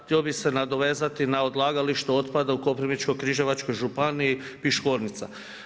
Htio bi se nadovezati na odlagalište otpada u Koprivničkoj-križevačkoj županiji Piškornica.